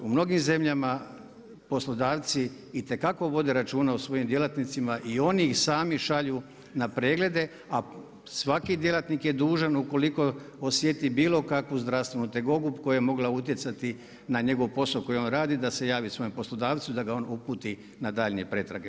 U mnogim zemljama poslodavci itekako vode računa o svojim djelatnicima i onih ih sami šalju na preglede, a svaki djelatnik je dužan ukoliko osjeti bilo kakvu zdravstvenu tegobu koja je mogla utjecati na njegov posao koji on radi da se javi svom poslodavcu da ga on uputi na daljnje pretrage.